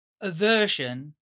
Aversion